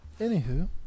Anywho